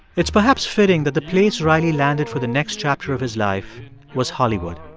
it's perhaps fitting that the place riley landed for the next chapter of his life was hollywood.